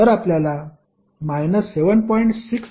तर आपल्याला 7